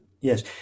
Yes